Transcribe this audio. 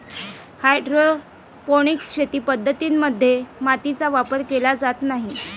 hydroponic शेती पद्धतीं मध्ये मातीचा वापर केला जात नाही